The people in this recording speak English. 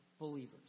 believers